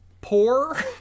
poor